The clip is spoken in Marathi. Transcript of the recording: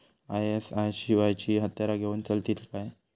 आय.एस.आय शिवायची हत्यारा घेऊन चलतीत काय?